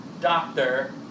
doctor